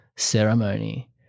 ceremony